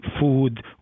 food